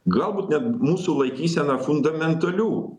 galbūt net mūsų laikysena fundamentalių